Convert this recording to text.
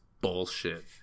bullshit